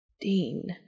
Dean